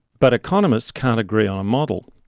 but economists can't agree on a model.